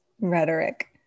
rhetoric